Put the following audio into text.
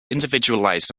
individualized